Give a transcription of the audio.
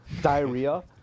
diarrhea